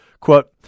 quote